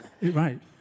Right